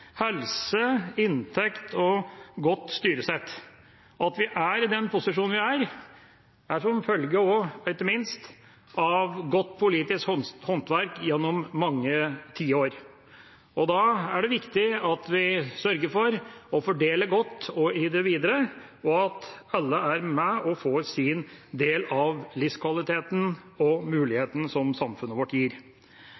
helse, inntekt og godt styresett. At vi er i den posisjonen vi er, er en følge – ikke minst – av godt politisk håndverk gjennom mange tiår. Da er det viktig at vi sørger for å fordele godt videre, og at alle er med og får sin del av livskvaliteten og